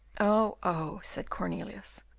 oh! oh! said cornelius,